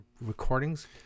recordings